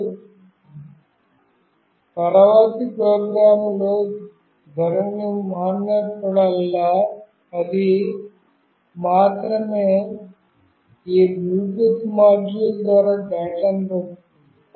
మరియు తరువాతి ప్రోగ్రామ్లో ధోరణి మారినప్పుడల్లా అది మాత్రమే ఈ బ్లూటూత్ మాడ్యూల్ ద్వారా డేటాను పంపుతుంది